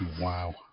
Wow